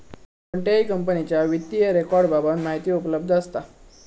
कोणत्याही कंपनीच्या वित्तीय रेकॉर्ड बाबत माहिती उपलब्ध असता